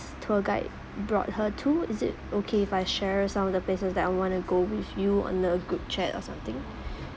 tour guide brought her to is it okay if I share some of the places that I want to go with you on the group chat or something